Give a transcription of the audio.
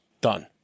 Done